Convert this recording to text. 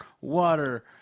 water